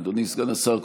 אדוני סגן השר,